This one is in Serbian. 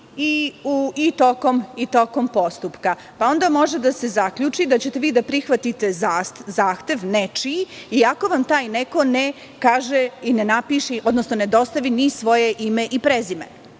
i tokom postupka. Onda može da se zaključi da ćete vi da prihvatite zahtev nečiji, iako vam taj neko ne kaže, odnosno ne dostavi ni svoje ime i prezime,